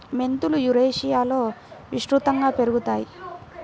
మెంతులు యురేషియాలో విస్తృతంగా పెరుగుతాయి